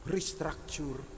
Restructure